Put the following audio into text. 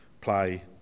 play